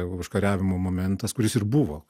užkariavimo momentas kuris ir buvo